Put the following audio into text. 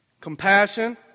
Compassion